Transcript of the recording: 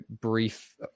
brief